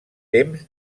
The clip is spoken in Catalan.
temps